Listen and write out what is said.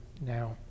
now